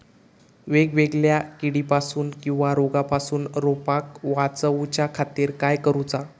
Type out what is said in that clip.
वेगवेगल्या किडीपासून किवा रोगापासून रोपाक वाचउच्या खातीर काय करूचा?